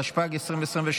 התשפ"ג 2023,